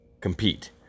compete